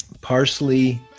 parsley